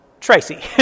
Tracy